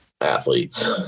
athletes